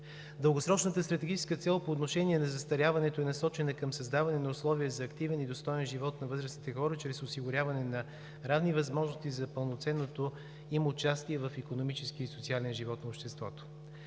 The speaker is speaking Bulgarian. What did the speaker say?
Дългосрочната стратегическа цел по отношение на застаряването е насочена към създаване на условия за активен и достоен живот на възрастните хора чрез осигуряване на равни възможности за пълноценното им участие в икономическия и социалния живот на обществото.